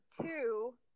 two